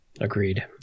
Agreed